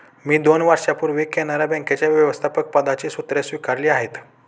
मी दोन वर्षांपूर्वी कॅनरा बँकेच्या व्यवस्थापकपदाची सूत्रे स्वीकारली आहेत